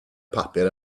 papur